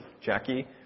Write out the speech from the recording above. Jackie